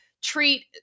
Treat